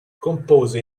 compose